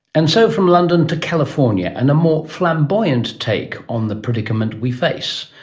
and so from london to california and a more flamboyant take on the predicament we face.